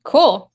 Cool